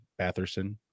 Batherson